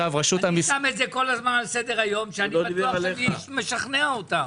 אני שם את זה על סדר-היום ואני בטוח שאני משכנע אותם.